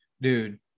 Dude